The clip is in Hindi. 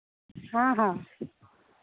हाँ हाँ